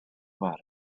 bar